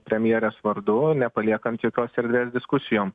premjerės vardu nepaliekant jokios erdvės diskusijom